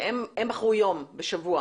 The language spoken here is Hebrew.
שהם בחרו יום בשבוע